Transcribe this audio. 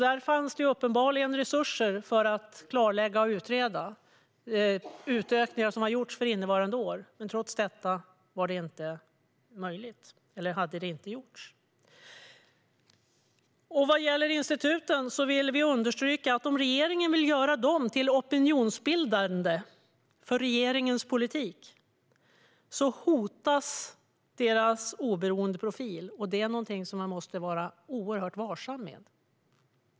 Det fanns uppenbart resurser för att klarlägga och utreda i de utökningar som hade gjorts för innevarande år, men trots detta gjordes det inte. Vad gäller instituten understryker vi att om regeringen vill göra dem till opinionsbildande för regeringens politik hotas deras oberoende profil, och det är något man måste vara mycket varsam med.